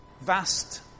vast